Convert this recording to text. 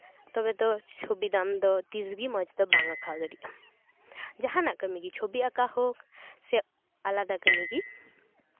ᱛᱚᱵᱮ ᱫᱚ ᱪᱷᱚᱵᱤ ᱫᱚ ᱟᱢᱫᱚ ᱛᱤᱥ ᱜᱮ ᱢᱚᱡᱽ ᱫᱚ ᱵᱟᱢ ᱟᱸᱠᱟᱣ ᱫᱟᱲᱮᱭᱟᱜᱼᱟ ᱡᱟᱦᱟᱱᱟᱜ ᱠᱟᱹᱢᱤᱜᱮ ᱪᱷᱚᱵᱤ ᱟᱸᱠᱟᱣ ᱦᱳᱠ ᱥᱮ ᱟᱞᱟᱫᱟ ᱠᱟᱹᱢᱤᱜᱮ